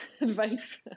advice